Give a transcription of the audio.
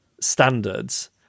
standards